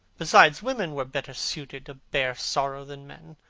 besides, women were better suited to bear sorrow than men.